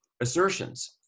assertions